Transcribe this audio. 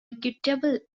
equitable